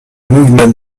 movement